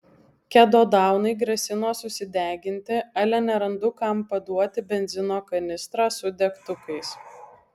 kedodaunai grasino susideginti ale nerandu kam paduoti benzino kanistrą su degtukais